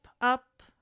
up